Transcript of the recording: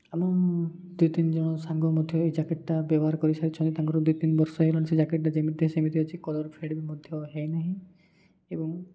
ଆମ ଦୁଇ ତିନ ଜଣ ସାଙ୍ଗ ମଧ୍ୟ ଏହି ଜ୍ୟାକେଟ୍ଟା ବ୍ୟବହାର କରିସାରିଛନ୍ତି ତାଙ୍କର ଦୁଇ ତିନ ବର୍ଷ ହୋଇଗଲାଣି ସେ ଜ୍ୟାକେଟ୍ଟା ଯେମିତି ସେମିତି ଅଛି କଲର୍ ଫେଡ଼୍ ବି ମଧ୍ୟ ହୋଇନାହିଁ ଏବଂ